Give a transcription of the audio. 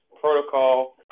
protocol